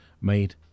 made